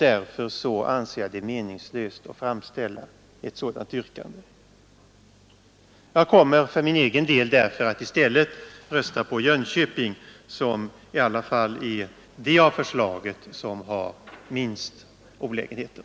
Därför anser jag det meningslöst att framställa ett sådant yrkande. Jag kommer för min egen del att rösta på Jönköping som är det förslag som har minst olägenheter.